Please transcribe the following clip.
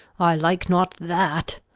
i like not that,